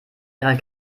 ihrer